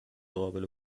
قابل